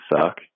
suck